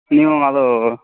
ನೀವು ಅದು